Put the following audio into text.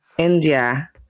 India